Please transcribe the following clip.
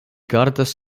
gardas